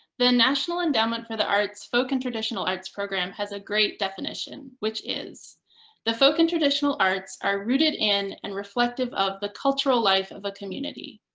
the national endowment for the arts' folk and traditional arts program has a great definition, which is the folk and traditional arts are rooted in and reflective of the cultural life of a community.